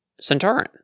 Centauran